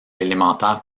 élémentaire